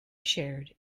shared